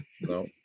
No